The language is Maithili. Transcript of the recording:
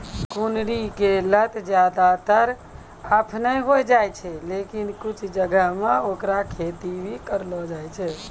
कुनरी के लत ज्यादातर आपनै होय जाय छै, लेकिन कुछ जगह मॅ हैकरो खेती भी करलो जाय छै